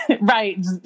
Right